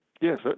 yes